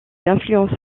influences